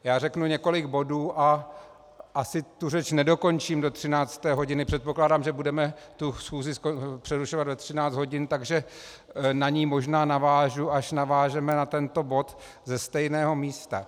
Já řeknu několik bodů a asi tu řeč nedokončím do 13. hodiny, předpokládám, že budeme tu schůzi přerušovat ve 13 hodin, takže na ni možná navážu, až navážeme na tento bod, ze stejného místa.